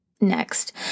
Next